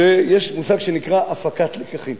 שיש מושג שנקרא הפקת לקחים,